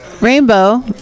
Rainbow